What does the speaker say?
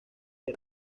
era